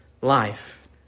life